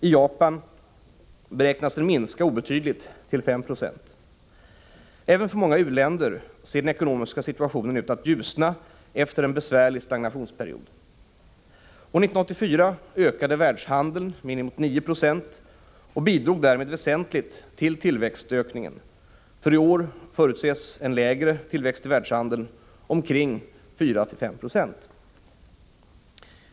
I Japan beräknas den minska obetydligt, till 5 2. Även för många u-länder ser den ekonomiska situationen ut att ljusna efter en besvärlig stagnationsperiod. År 1984 ökade världshandeln med 9 26 och bidrog därmed väsentligt till tillväxtökningen. För i år förutses en lägre tillväxt i världshandeln — omkring 4-5.